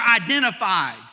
identified